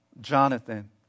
Jonathan